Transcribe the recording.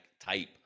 type